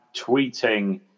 tweeting